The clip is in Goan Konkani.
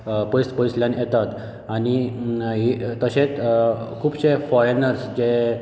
पयस पयसल्यान येतात आनी ही तशेंच आनी खूबशे फॉरेनरस जे